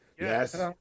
yes